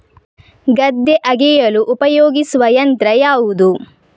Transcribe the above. ಗದ್ದೆ ಅಗೆಯಲು ಉಪಯೋಗಿಸುವ ಯಂತ್ರ ಯಾವುದು?